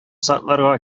сакларга